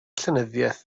llenyddiaeth